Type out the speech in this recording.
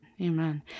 Amen